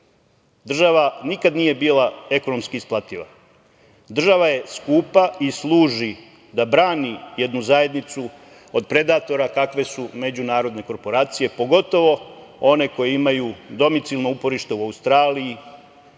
država nikad nije bila ekonomski isplativa, država je skupa i služi da brani jednu zajednicu od predatora kakve su međunarodne korporacije, pogotovo one koje imaju domicijalno uporište u Australiji,